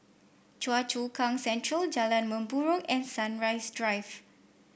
Choa Chu Kang Central Jalan Mempurong and Sunrise Drive